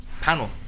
panel